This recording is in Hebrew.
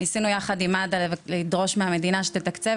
ניסינו יחד עם מד"א לדרוש מהמדינה שתתקצב